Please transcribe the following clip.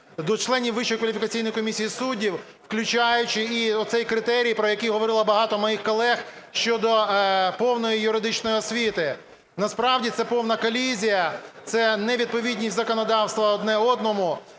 суддів, включаючи і оцей критерій, про який говорило багато моїх колег, щодо повної юридичної освіти. Насправді це повна колізія, це невідповідність законодавства одне одному,